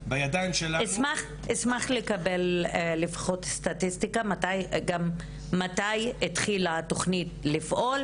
אשמח לקבל סטטיסטיקה מתי התחילה התוכנית לפעול.